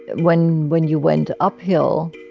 when when you went uphill,